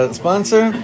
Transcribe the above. sponsor